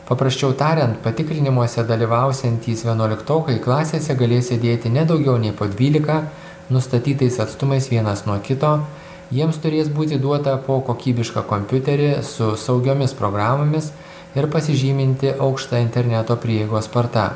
paprasčiau tariant patikrinimuose dalyvausiantys vienuoliktokai klasėse galės sėdėti ne daugiau nei po dvylika nustatytais atstumais vienas nuo kito jiems turės būti duota po kokybišką kompiuterį su saugiomis programomis ir pasižyminti aukšta interneto prieigos sparta